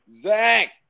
Zach